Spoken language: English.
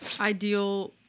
ideal